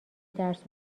درس